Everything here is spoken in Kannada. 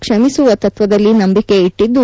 ಕ್ಷಮಿಸುವ ತತ್ವದಲ್ಲಿ ನಂಬಿಕೆ ಇಟ್ಟಿದ್ದು